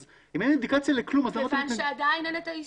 אז אם אין אינדיקציה לכלום אז למה אתם מתנגדים?